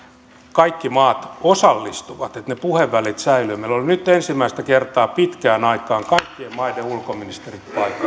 kaikki maat osallistuvat että ne puhevälit säilyvät meillä olivat nyt ensimmäistä kertaa pitkään aikaan kaikkien maiden ulkoministerit